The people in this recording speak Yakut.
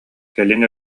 кэлин